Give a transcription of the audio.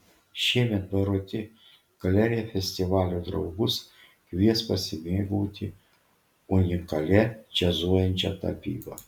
šiemet baroti galerija festivalio draugus kvies pasimėgauti unikalia džiazuojančia tapyba